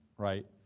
right?